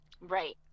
right